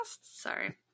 sorry